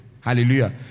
hallelujah